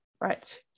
right